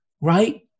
right